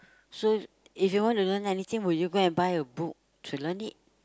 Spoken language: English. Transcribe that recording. so if you want to learn anything will you go and buy a book to learn it